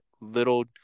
little